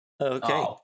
Okay